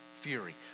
fury